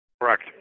Correct